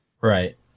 Right